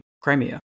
Crimea